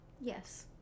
Yes